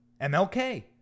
MLK